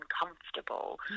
uncomfortable